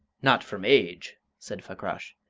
not from age, said fakrash,